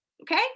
okay